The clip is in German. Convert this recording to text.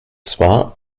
zwar